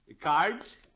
Cards